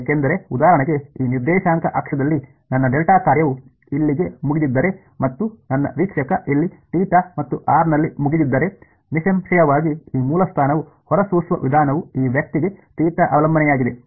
ಏಕೆಂದರೆ ಉದಾಹರಣೆಗೆ ಈ ನಿರ್ದೇಶಾಂಕ ಅಕ್ಷದಲ್ಲಿ ನನ್ನ ಡೆಲ್ಟಾ ಕಾರ್ಯವು ಇಲ್ಲಿಗೆ ಮುಗಿದಿದ್ದರೆ ಮತ್ತು ನನ್ನ ವೀಕ್ಷಕ ಇಲ್ಲಿ θ ಮತ್ತು r ನಲ್ಲಿ ಮುಗಿದಿದ್ದರೆ ನಿಸ್ಸಂಶಯವಾಗಿ ಈ ಮೂಲಸ್ಥಾನವು ಹೊರಸೂಸುವ ವಿಧಾನವು ಈ ವ್ಯಕ್ತಿಗೆ ಥೀಟಾ ಅವಲಂಬನೆಯಾಗಿದೆ